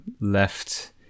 left